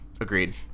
agreed